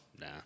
Nah